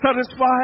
satisfied